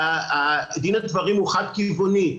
דין ודברים הוא חד כיווני,